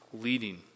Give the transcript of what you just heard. leading